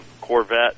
Corvette